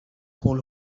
هول